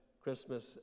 Christmas